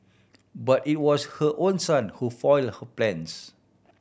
but it was her own son who foiled her plans